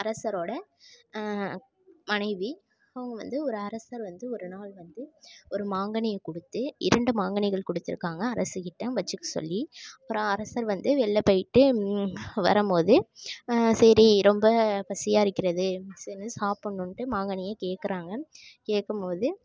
அரசரோடய மனைவி அவங்க வந்து ஒரு அரசர் வந்து ஒரு நாள் வந்து ஒரு மாங்கனியை கொடுத்து இரண்டு மாங்கனிகள் கொடுத்துருக்காங்க அரசிகிட்ட வச்சுக்க சொல்லி அப்புறம் அரசர் வந்து வெளியில் போய்விட்டு வரும்போது சரி ரொம்ப பசியாக இருக்கிறது சரின்னு சாப்பன்னுன்ட்டு மாங்கனியை கேட்கறாங்க கேட்கும்மோது